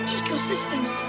ecosystems